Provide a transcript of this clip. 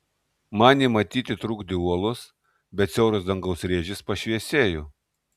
man jį matyti trukdė uolos bet siauras dangaus rėžis pašviesėjo